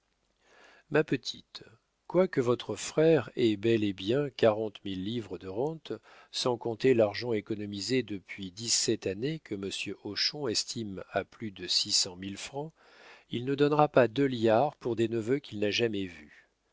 ma petite quoique votre frère ait bel et bien quarante mille livres de rente sans compter l'argent économisé depuis dix-sept années que monsieur hochon estime à plus de six cent mille francs il ne donnera pas deux liards pour des neveux qu'il n'a jamais vus